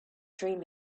dream